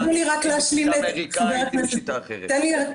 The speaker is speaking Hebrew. אם בשיטה אמריקאית או בשיטה אחרת.